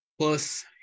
Plus